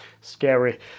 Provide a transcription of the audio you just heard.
Scary